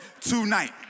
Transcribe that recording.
tonight